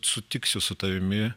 sutiksiu su tavimi